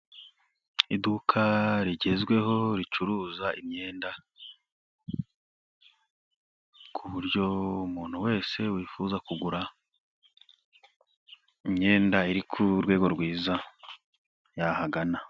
Iduka rigezweho ricuruza imyenda, ku buryo umuntu wese wifuza kugura imyenda iri ku rwego rwiza yahagana.